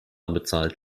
bezahlt